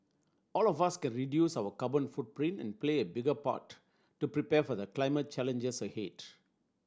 all of us can reduce our carbon footprint and play a big part to prepare for the climate challenges